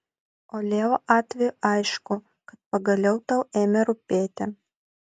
o leo atveju aišku kad pagaliau tau ėmė rūpėti